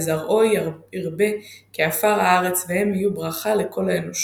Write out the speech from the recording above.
וזרעו ירבה כעפר הארץ והם יהיו ברכה לכל האנושות.